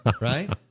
right